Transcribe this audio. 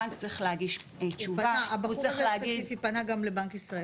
הבנק צריך להגיש תשובה ולהגיד --- הבחור הספציפי גם פנה לבנק ישראל.